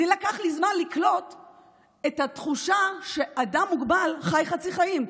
לקח לי זמן לקלוט את התחושה שאדם מוגבל חי חצי חיים.